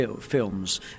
films